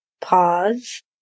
pause